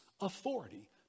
authority